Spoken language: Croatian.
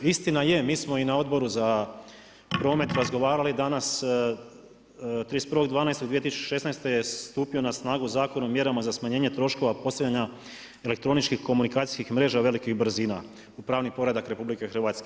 Istina je, mi smo i na Odboru za promet razgovarali danas 31.12.2016. je stupio na snagu Zakon o mjerama za smanjenje troškova postavljanja elektroničkih komunikacijskih mreža velikih brzina u pravni poredak RH.